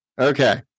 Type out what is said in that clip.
Okay